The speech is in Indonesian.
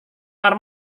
kamar